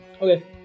Okay